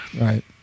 right